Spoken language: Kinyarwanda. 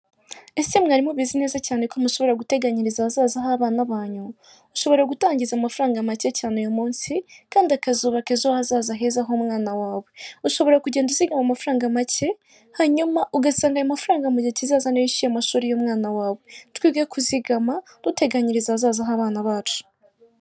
Ese mwari mubizi neza cyane ko mushobora guteganyiriza ahazaza h'abana banyu, ushobora gutangiza amafaranga make cyane uyu munsi kandi akazubaka ejo hazaza heza h'umwana wawe, ushobora kugenda uzigama amafaranga make hanyuma ugasanga aya mafaranga mu gihe kizazana niyo yishyuye amashuri y'umwana wawe, twige kuzigama duteganyiriza ahaza h'abana bacu.